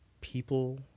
people